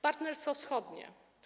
Partnerstwo Wschodnie.